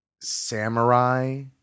Samurai